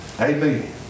Amen